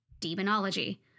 demonology